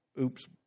oops